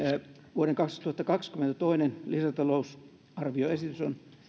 vuoden kaksituhattakaksikymmentä toinen lisätalousarvioesitys on